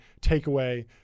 takeaway